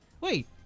wait